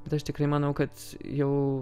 bet aš tikrai manau kad jau